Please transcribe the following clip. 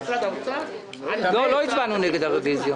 לא הצבענו נגד הרוויזיה.